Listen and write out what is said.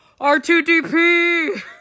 r2dp